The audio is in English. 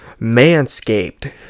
Manscaped